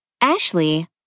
Ashley